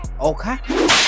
okay